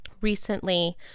Recently